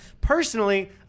Personally